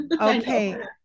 okay